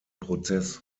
prozess